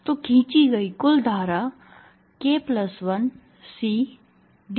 तो खींची गई कुल धारा k 1CdVdtहै